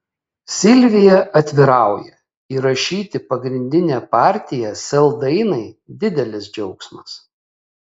silvija atvirauja įrašyti pagrindinę partiją sel dainai didelis džiaugsmas